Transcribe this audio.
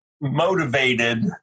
motivated